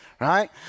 Right